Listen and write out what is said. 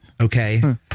Okay